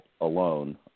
alone